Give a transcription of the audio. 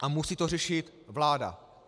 A musí to řešit vláda.